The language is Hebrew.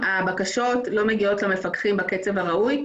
הבקשות לא מגיעות למפקחים בקצב הראוי,